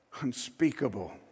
unspeakable